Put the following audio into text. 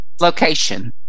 location